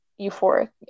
euphoric